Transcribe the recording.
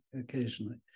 occasionally